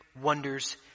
wonders